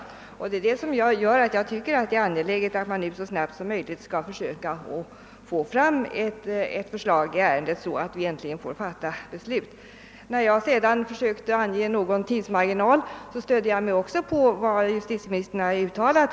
Det är detta som gör att jag tycker det är angeläget att så snart som möjligt försöka få fram ett förslag i ärendet, så att vi äntligen får fatta beslut. När jag försökte ange någon tidsmarginal stödde jag mig också på vad justitieministern har uttalat.